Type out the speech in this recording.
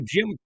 Jim